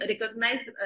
recognized